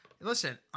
listen